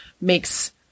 makes